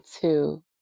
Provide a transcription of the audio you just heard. two